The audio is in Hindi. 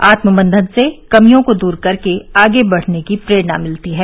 आत्ममंथन से कमियों को दूर करके आगे बढ़ने की प्रेरणा मिलती है